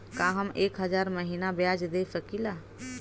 का हम एक हज़ार महीना ब्याज दे सकील?